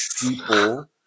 people